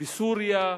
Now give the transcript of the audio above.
בסוריה,